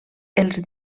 els